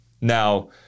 Now